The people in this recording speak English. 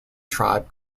tribe